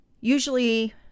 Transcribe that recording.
Usually